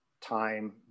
time